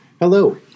Hello